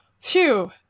Two